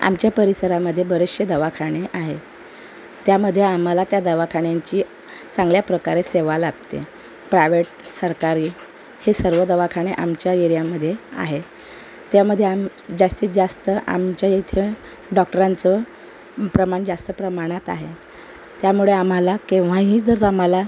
आमच्या परिसरामध्ये बरेचसे दवाखाने आहे त्यामध्ये आम्हाला त्या दवाखान्यांची चांगल्या प्रकारे सेवा लाभते प्रायवेट सरकारी हे सर्व दवाखाने आमच्या एरियामधे आहे त्यामध्ये आम जास्तीत जास्त आमच्या इथं डॉक्टरांचं प्रमाण जास्त प्रमाणात आहे त्यामुळे आम्हाला केव्हाही जर जमाला